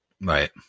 Right